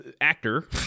actor